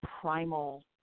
primal